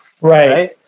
Right